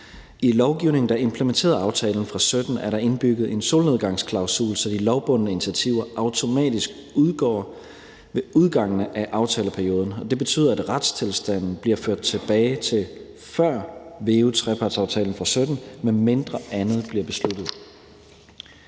I lovgivningen, der implementerede aftalen fra 2017, er der indbygget en solnedgangsklausul, så de lovbundne initiativer automatisk udgår ved udgangen af aftaleperioden, og det betyder, at retstilstanden bliver ført tilbage til før veu-trepartsaftalen fra 2017, medmindre andet bliver besluttet.